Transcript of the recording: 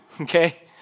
okay